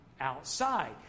outside